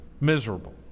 Miserable